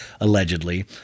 allegedly